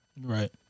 Right